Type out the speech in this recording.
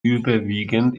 überwiegend